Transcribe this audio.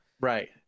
Right